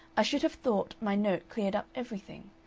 i should have thought my note cleared up everything.